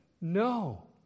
No